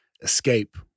escape